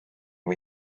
või